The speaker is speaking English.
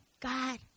God